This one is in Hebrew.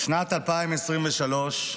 שנת 2023,